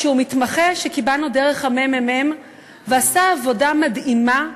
שהוא מתמחה שקיבלנו דרך הממ"מ ועשה עבודה מדהימה,